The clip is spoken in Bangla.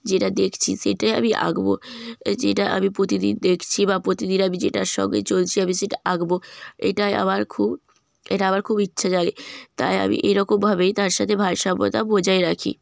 যেটা দেখছি সেটা আমি আঁকবো যেটা আমি প্রতিদিন দেখছি বা প্রতিদিন আমি যেটার সঙ্গে চলছি আমি সেটা আঁকবো এটাই আমার খুব এটা আমার খুব ইচ্ছা জাগে তাই আমি এরকমভাবেই তার সাথে ভারসাম্যতা বজায় রাখি